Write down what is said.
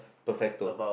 perfecto